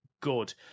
Good